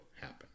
happen